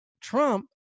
Trump